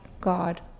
God